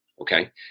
Okay